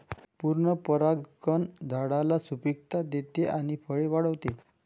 पूर्ण परागकण झाडाला सुपिकता देते आणि फळे वाढवते